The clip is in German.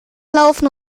laufen